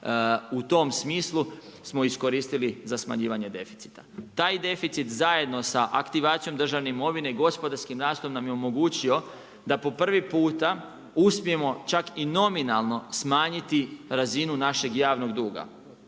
u tom smislu, smo iskoristili za smanjivanje deficita. Taj deficit zajedno sa aktivacijom državne imovine, gospodarski nastoj nam je omogućio da po prvi puta uspijemo čak i nominalno smanjiti razinu našeg javnog duga.